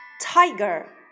tiger